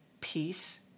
peace